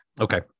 Okay